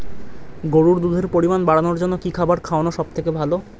গরুর দুধের পরিমাণ বাড়ানোর জন্য কি খাবার খাওয়ানো সবথেকে ভালো?